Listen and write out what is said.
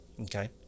Okay